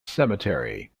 cemetery